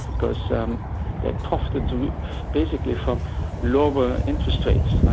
because so um the profited basically from lower interest rates,